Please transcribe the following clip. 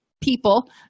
people